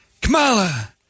Kamala